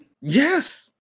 yes